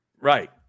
Right